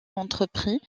entrepris